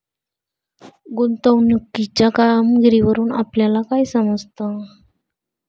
गुंतवणुकीच्या कामगिरीवरून आपल्याला काय समजते?